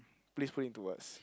please put into words